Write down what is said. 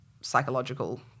psychological